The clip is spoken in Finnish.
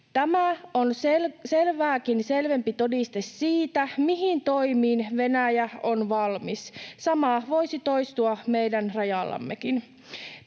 Tämä on selvääkin selvempi todiste siitä, mihin toimiin Venäjä on valmis. Sama voisi toistua meidänkin rajallamme.